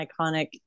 iconic